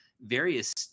various